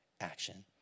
action